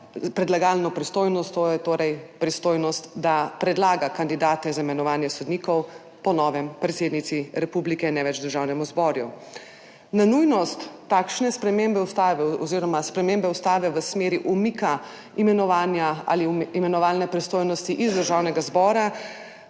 predlagalno pristojnost, to je torej pristojnost, da predlaga kandidate za imenovanje sodnikov, po novem predsednici republike, ne več Državnemu zboru. Na nujnost takšne spremembe ustave oziroma spremembe ustave v smeri umika imenovanja ali imenovalne pristojnosti iz Državnega zbora